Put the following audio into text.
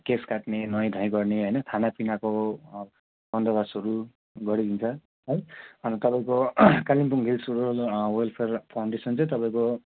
केश काट्ने नुहाई धुवाई गर्ने होइन खानापिनाको बन्दोबस्तहरू गरिदिन्छ है अन्त तपाईँको Kalimpong Hills Rural Welfare Foundation चाहिँ तपाईँको